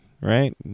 right